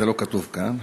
זה לא כתוב כאן,